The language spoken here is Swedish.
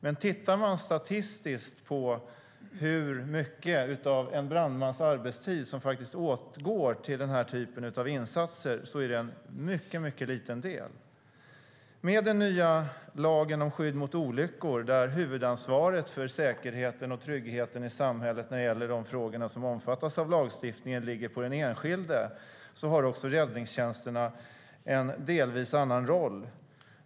Men tittar man statistiskt på hur mycket av en brandmans arbetstid som faktiskt åtgår till den här typen av insatser ser man att det är en mycket liten del. Med den nya lagen om skydd mot olyckor, där huvudansvaret för säkerheten och tryggheten i samhället när det gäller de frågor som omfattas av lagstiftningen ligger på den enskilde, har räddningstjänsterna delvis en annan roll.